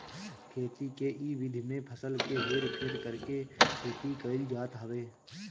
खेती के इ विधि में फसल के हेर फेर करके खेती कईल जात हवे